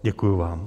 Děkuji vám.